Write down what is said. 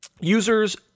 users